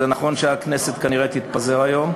נכון שהכנסת כנראה תתפזר היום,